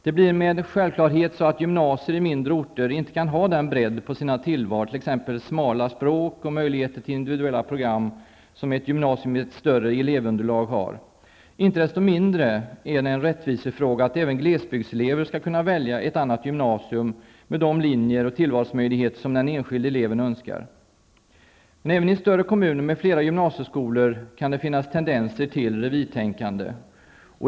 Det blir med självklarhet så, att gymnasier i mindre orter inte kan ha den bredd på sina tillval, t.ex. smala språk och möjligheter till individuella program, som ett gymnasium med större elevunderlag har. Inte desto mindre är det en rättvisefråga att även glesbygdselever skall kunna välja ett annat gymnasium, med de linjer och tillvalsmöjligheter som den enskilde eleven önskar. Även i större kommuner med flera gymnasieskolor kan det finnas tendenser till revirtänkande.